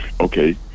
Okay